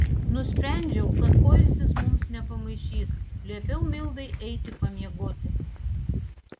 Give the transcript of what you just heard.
nusprendžiau kad poilsis mums nepamaišys liepiau mildai eiti pamiegoti